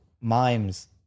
mimes